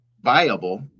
viable